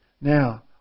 Now